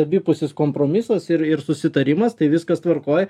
abipusis kompromisas ir ir susitarimas tai viskas tvarkoj